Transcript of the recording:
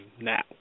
now